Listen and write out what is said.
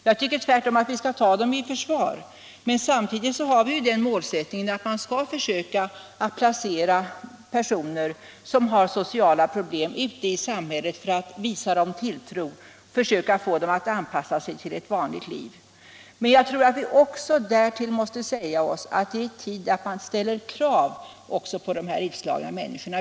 Jag tycker tvärtom att vi skall ta dem i försvar, men samtidigt har vi den målsättningen att vi skall försöka placera personer som har sociala problem ute i samhället för att visa dem tilltro och försöka få dem att anpassa sig till ett vanligt liv. Men vi måste därtill säga oss, att det är tid att ställa krav också på de utslagna.